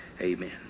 amen